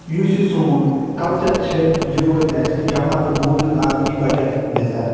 یُس یہِ سون کلچر چھِ یہِ روزِ اسہِ جمع تہٕ موٗجوٗد اتھ دِیہِ بجر گژھِ اتھ